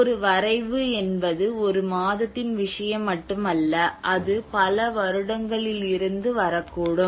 ஒரு வரைவு என்பது ஒரு மாதத்தின் விஷயம் மட்டுமல்ல அது பல வருடங்களிலிருந்து வரக்கூடும்